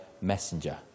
messenger